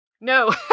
No